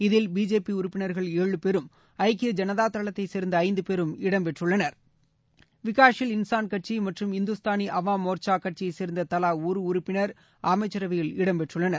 இதில் பிஜேபி உறப்பினர்கள் பேரும் ஐக்கிய ஏழு ஜம்த பேரும் இடம்பெற்றுள்ளனர் விகாஷீல் இன்ஸான் கட்சி மற்றும் இந்துஸ்தானி அவாம் மோர்ச்சா கட்சியைச் சேர்ந்த தலா ஒரு உறுப்பினர் அமைச்சரவையில் இடம்பெற்றுள்ளனர்